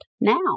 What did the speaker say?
now